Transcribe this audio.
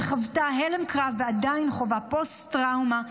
שחוותה הלם קרב ועדיין חווה פוסט-טראומה,